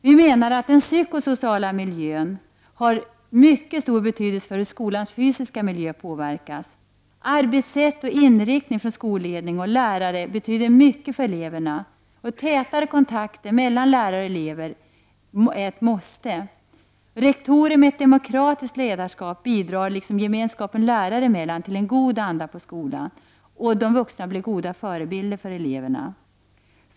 Vi menar att den psykosociala miljön har en mycket stor betydelse för skolans fysiska miljö. Skolledningens och lärarnas arbetssätt och inriktning betyder mycket för eleverna. Tätare kontakter mellan lärare och elever är ett måste. Rektorer med ett demokratiskt ledarskap bidrar, liksom gemenskapen lärare emellan, till en god anda på skolan. De vuxna blir goda förebilder för eleverna.